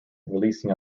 releasing